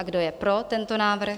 Kdo je pro tento návrh?